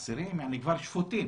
הם כבר שפוטים